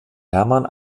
herman